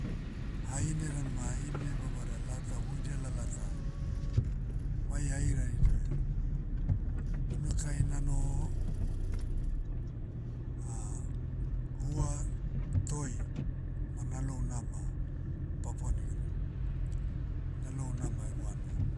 Hahina dan ma hahine babada lata huidia lalata, mai hairaidia. Unukai nanoho, hua, toi, ma nalou nama, papua nigini. Na lou nama egu hanua.